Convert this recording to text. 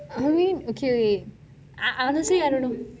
I mean okay I honestly I don't know